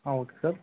ಹಾಂ okay sir